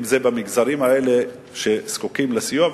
אם במגזרים האלה שזקוקים לסיוע.